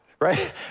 right